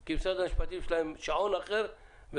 כי למשרד המשפטים יש שעון אחר,